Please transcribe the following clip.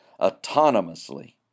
autonomously